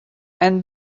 and